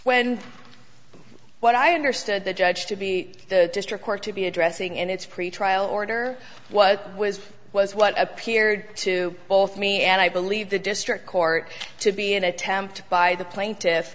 when what i understood the judge to be the district court to be addressing and it's pretrial order what was was what appeared to both me and i believe the district court to be an attempt by the plaintiff